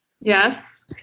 yes